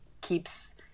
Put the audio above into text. keeps